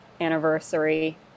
anniversary